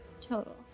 Total